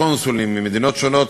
קונסולים ממדינות שונות,